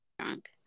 drunk